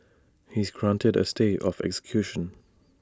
he is granted A stay of execution